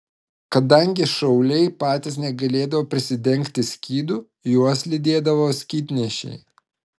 kadangi šauliai patys negalėdavo prisidengti skydu juos lydėdavo skydnešiai